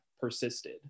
persisted